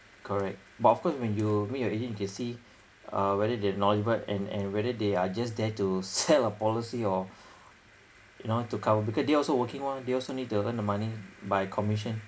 correct but of course when you meet your agent you can see uh whether they knowledgeable and and whether they are just there to sell a policy or you know to cover because they also working [one] they also need to earn the money by commission